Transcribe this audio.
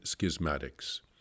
schismatics